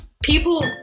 people